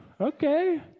okay